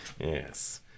Yes